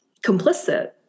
complicit